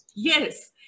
Yes